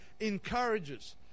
encourages